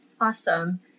Awesome